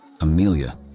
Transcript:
Amelia